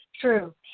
true